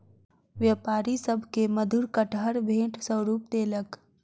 व्यापारी सभ के मधुर कटहर भेंट स्वरूप देलक